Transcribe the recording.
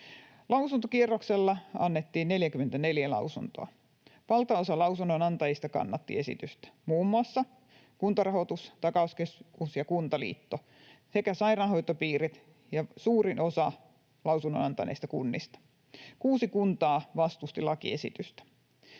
Lausuntokierroksella annettiin 44 lausuntoa. Esitystä kannatti valtaosa lausunnon antajista, muun muassa Kuntarahoitus, takauskeskus ja Kuntaliitto sekä sairaanhoitopiirit ja suurin osa lausunnon antaneista kunnista. Kuusi kuntaa vastusti lakiesitystä.